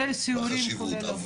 אבל,